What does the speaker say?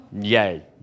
Yay